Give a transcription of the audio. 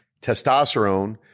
testosterone